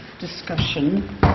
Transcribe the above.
discussion